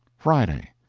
friday.